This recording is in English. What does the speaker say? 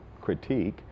critique